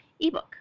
ebook